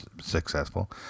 successful